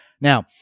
Now